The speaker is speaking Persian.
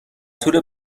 طول